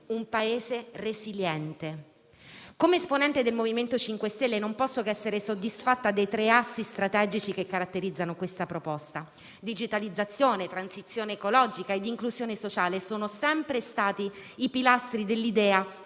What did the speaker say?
un Paese resiliente. Come esponente del MoVimento 5 Stelle non posso che essere soddisfatta dei tre assi strategici che caratterizzano questa proposta: digitalizzazione, transizione ecologica e inclusione sociale sono sempre stati i pilastri dell'idea